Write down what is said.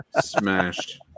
smashed